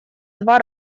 два